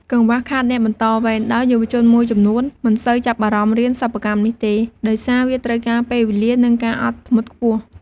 កង្វះខាតអ្នកបន្តវេន ដោយយុវជនមួយចំនួនមិនសូវចាប់អារម្មណ៍រៀនសិប្បកម្មនេះទេ ដោយសារវាត្រូវការពេលវេលា និងការអត់ធ្មត់ខ្ពស់។